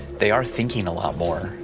they are thinking a lot more.